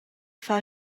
far